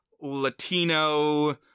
Latino